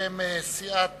בשם סיעות